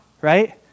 right